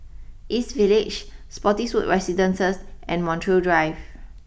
East Village Spottiswoode Residences and Montreal Drive